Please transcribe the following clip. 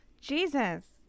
Jesus